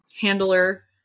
handler